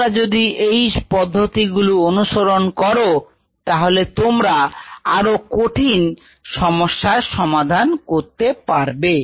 তোমরা যদি এই পদ্ধতিগুলো অনুসরণ করো তাহলে তোমরা আরো কঠিন সমস্যার সমাধান করতে পারবে